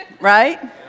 Right